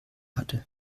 hatte